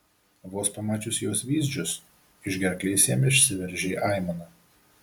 vos pamačius jos vyzdžius iš gerklės jam išsiveržė aimana